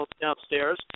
downstairs